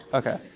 okay.